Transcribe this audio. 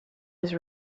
his